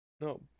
No